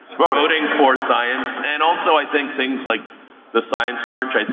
voting for science. and also i think things like the science march.